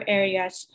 areas